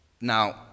Now